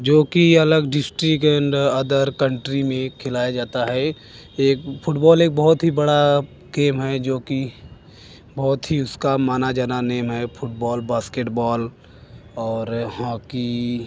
जो कि अलग डिस्ट्रिक के अंदर अदर कंट्री में खिलाया जाता है एक फुटबॉल एक बहुत ही बड़ा गेम है जो कि बहुत ही उसका जाना माना नेम है फुटबॉल बास्केटबॉल और हॉकी